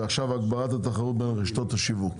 ועכשיו הגברת התחרות בין רשתות השיווק.